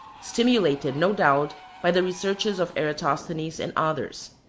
stimulated no doubt by the researches of eratosthenes and others.